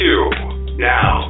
Now